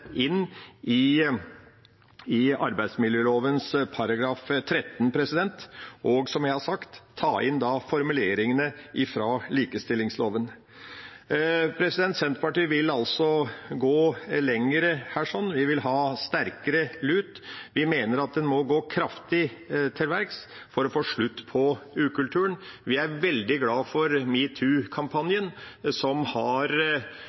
inn i arbeidsmiljøloven § 13, og som jeg har sagt, at man tar inn formuleringene fra likestillings- og diskrimineringsloven. Senterpartiet vil altså gå lenger her. Vi vil ha sterkere lut. Vi mener at en må gå kraftig til verks for å få slutt på ukulturen. Vi er veldig glad for metoo-kampanjen, som har